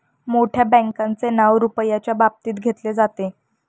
मोठ्या बँकांचे नाव रुपयाच्या बाबतीत घेतले जाते